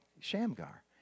Shamgar